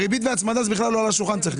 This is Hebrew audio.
הריבית וההצמדה בכלל לא צריכים להיות על השולחן.